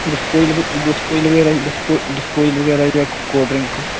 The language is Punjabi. ਡਿਸਪੋਜਲ ਵਗੈਰਾ ਜਾਂ ਕੋਲਡ ਡਰਿੰਕ